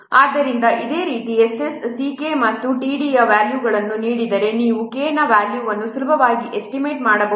ಆದ್ದರಿಂದ ಅದೇ ರೀತಿ S s C k ಮತ್ತು td ಯ ವ್ಯಾಲ್ಯೂಗಳನ್ನು ನೀಡಿದರೆ ನೀವು K ನ ವ್ಯಾಲ್ಯೂವನ್ನು ಸುಲಭವಾಗಿ ಎಸ್ಟಿಮೇಟ್ ಮಾಡಬಹುದು